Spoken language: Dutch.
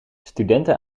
studenten